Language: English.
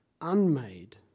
unmade